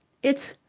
it's.